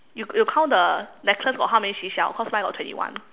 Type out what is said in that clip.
you you count the necklace got how many seashell cause mine got twenty one